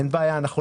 אין בעיה, אנחנו